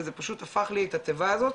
וזה פשוט הפך לי את התיבה הזאת,